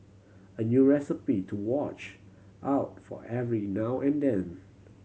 a new recipe to watch out for every now and then